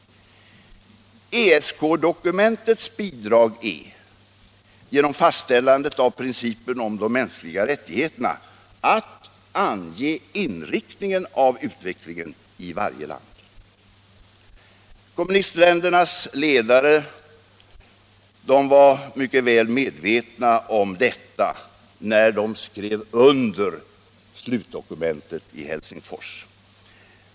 ESK-dokumentets bidrag, genom fastställandet av principen om de mänskliga rättigheterna, är att ange inriktningen av utvecklingen i varje land. Kommunistländernas ledare var väl medvetna om detta när de skrev under slutdokumentet i Helsingfors.